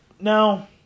now